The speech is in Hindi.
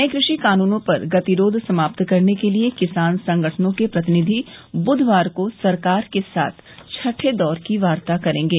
नये क्रषि कानूनों पर गतिरोध समाप्त करने के लिए किसान संगठनों के प्रतिनिधि ब्धवार को सरकार के साथ छठे दौर की वार्ता करेंगे